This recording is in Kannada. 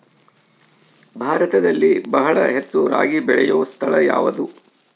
ಭಾರತದಲ್ಲಿ ಬಹಳ ಹೆಚ್ಚು ರಾಗಿ ಬೆಳೆಯೋ ಸ್ಥಳ ಯಾವುದು?